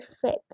fit